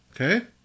okay